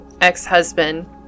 ex-husband